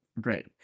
Great